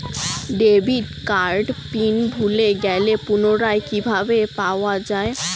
Debit কার্ডের PIN ভুলে গেলে পুনরায় কিভাবে পাওয়া য়ায়?